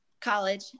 College